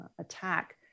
attack